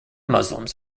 muslims